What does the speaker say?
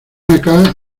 acá